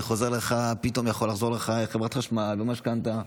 כי פתאום יכול לחזור לך מחברת חשמל או משכנתה.